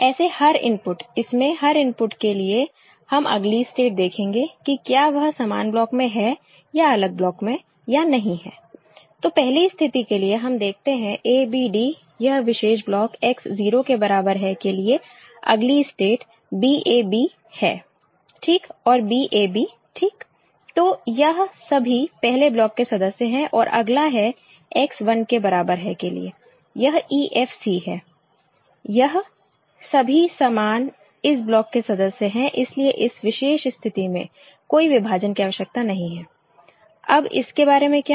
ऐसे हर इनपुट इसमें हर इनपुट के लिए हम अगली स्टेट देखेंगे कि क्या वह सामान ब्लॉक में है या अलग ब्लॉक में या नहीं है तो पहली स्थिति के लिए हम देखते हैं a b d यह विशेष ब्लॉक X 0 के बराबर है के लिए अगली स्टेट b a b है ठीक और b a b ठीक तो यह सभी पहले ब्लॉक के सदस्य हैं और अगला है X 1 के बराबर है के लिए यह e f c है यह सभी समान इस ब्लॉक के सदस्य हैं इसलिए इस विशेष स्थिति में कोई विभाजन की आवश्यकता नहीं है ठीक अब इसके बारे में क्या